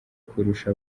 kurusha